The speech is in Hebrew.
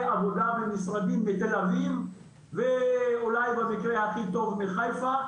עבודה ממשרדים בתל אביב ואולי במקרה הכי טוב מחיפה.